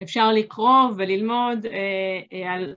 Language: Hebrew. ‫אפשר לקרוא וללמוד אהה... על...